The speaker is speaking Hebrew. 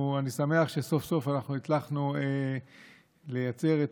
אני שמח שסוף-סוף אנחנו הצלחנו לייצר את